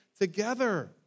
together